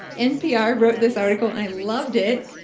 npr wrote this article and i loved it.